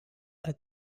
had